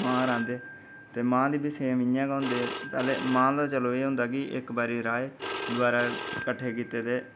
मांह् रांह्दे ते मांह् दे सेम इ'यां गै होंदे पैह्ले मांह् दा चलो एह् होंदा कि इक्क बारी राहे दवारा फ्ही कट्ठे कीते ते